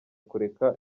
kureka